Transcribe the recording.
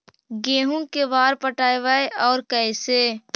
गेहूं के बार पटैबए और कैसे?